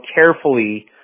carefully